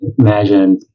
imagine